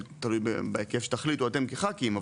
תלוי בהיקף שתחליטו אתם כח"כים,